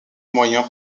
moyen